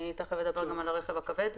תיכף אדבר גם על הרכב הכבד.